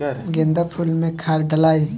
गेंदा फुल मे खाद डालाई?